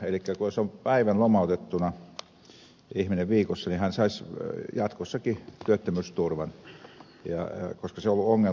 elikkä jos ihminen on päivän viikossa lomautettuna niin hän saisi jatkossakin työttömyysturvan koska se on ollut ongelma